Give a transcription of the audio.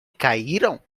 caíram